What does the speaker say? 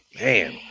Man